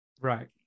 Right